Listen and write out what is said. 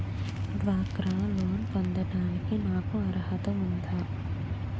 డ్వాక్రా లోన్ పొందటానికి నాకు అర్హత ఉందా?